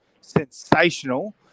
sensational